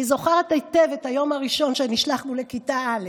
אני זוכרת היטב את היום הראשון שנשלחנו לכיתה א'.